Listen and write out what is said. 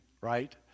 right